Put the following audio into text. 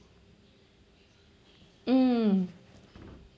mm